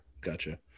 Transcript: gotcha